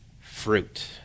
fruit